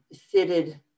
fitted